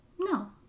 no